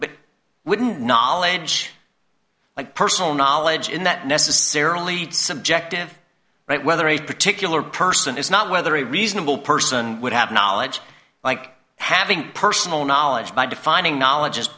but wouldn't knowledge like personal knowledge in that necessarily subjective right whether a particular person is not whether a reasonable person would have knowledge like having personal knowledge by defining knowledge is